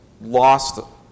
Lost